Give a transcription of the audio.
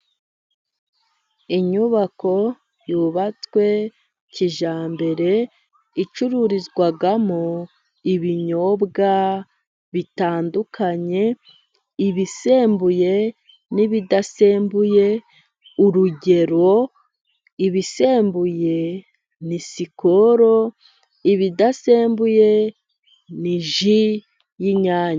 Inyubako yubatswe kijyambere icururizwamo ibinyobwa bitandukanye ibisembuye n'ibidasembuye, urugero: ibisembuye ni sikoro, ibidasembuye ni ji y'inyange.